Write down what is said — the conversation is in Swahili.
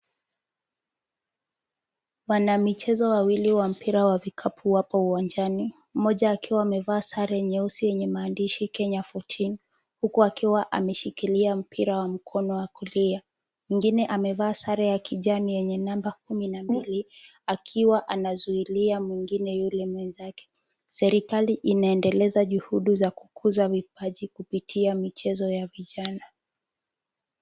Wanamichezo wawili wa mpira wa vikapu wapo uwanjani. Mmoja akiwa amevaa sare nyeusi yenye maandishi Kenya fourteen , huku akiwa ameshikilia mpira wa mkono wa kulia. Mwingine amevaa sare ya kijani yenye namba 12, akiwa anazuilia mwingine yule mwenzake. Serikali inaendeleza juhudi za kukuza vipaji kupitia michezo ya vijana.